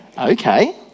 Okay